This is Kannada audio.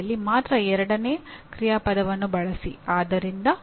ಆದ್ದರಿಂದ ಇದು ಒಂದು ತತ್ತ್ವಶಾಸ್ತ್ರದ ಯೋಜನೆ